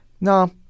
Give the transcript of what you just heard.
no